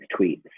tweets